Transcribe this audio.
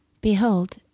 Behold